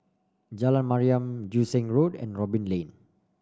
Jalan Mariam Joo Seng Road and Robin Lane